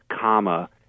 comma